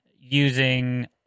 using